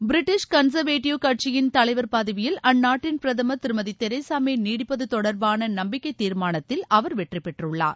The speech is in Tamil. பிரிட்டிஷ் கன்ச்வேட்டிவ் கட்சியின் தலைவர் பதவியில் அந்நாட்டின் பிரதமர் திருமதி தெரசாமே நீடிப்பது தொடர்பான நம்பிக்கை தீர்மானத்தில் அவர் வெற்றி பெற்றுள்ளார்